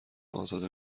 ازاده